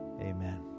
amen